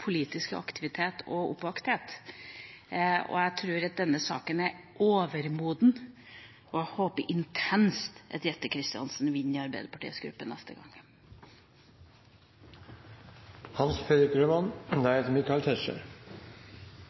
aktivitet og oppvakthet. Jeg tror at denne saken er overmoden, og jeg håper intenst at Jette Christensen vinner i Arbeiderpartiets gruppe neste gang.